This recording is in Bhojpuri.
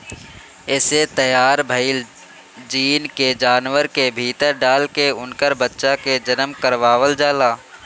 एसे तैयार भईल जीन के जानवर के भीतर डाल के उनकर बच्चा के जनम करवावल जाला